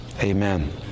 Amen